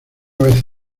vez